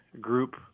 group